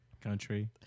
Country